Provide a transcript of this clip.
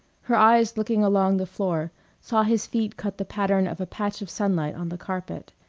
her eyes looking along the floor saw his feet cut the pattern of a patch of sunlight on the carpet.